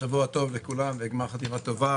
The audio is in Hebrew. שבוע טוב וגמר חתימה טובה.